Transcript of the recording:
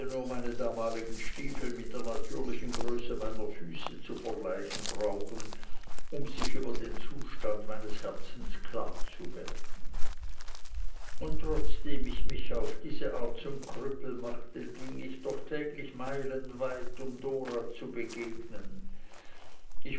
nur meine damaligen stiefel mit der natürlichen größe meiner füße zu vergleichen brauchen um sich über den zustand meines herzens klar zu werden und trotzdem ich mich auf diese art zum krüppel machte ging ich doch täglich meilenweit um dora zu begegnen